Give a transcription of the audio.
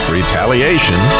Retaliation